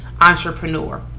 entrepreneur